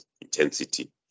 intensity